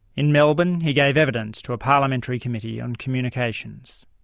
in melbourne he gave evidence to a parliamentary committee on communications.